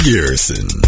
Garrison